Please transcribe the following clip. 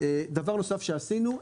דבר נוסף שעשינו,